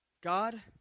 God